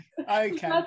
okay